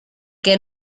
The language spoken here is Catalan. què